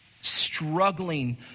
struggling